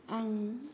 आं